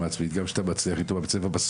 עצמית וגם כאשר אתה מצליח איתו בבית הספר,